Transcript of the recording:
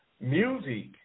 music